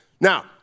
Now